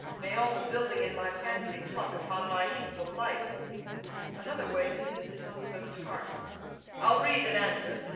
may all the building in my fancy pluck upon my hateful life another way the news is not so tart i'll read, and answer.